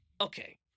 Okay